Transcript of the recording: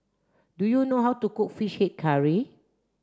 do you know how to cook fish head curry